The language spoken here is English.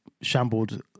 shambled